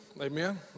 amen